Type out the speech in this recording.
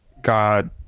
God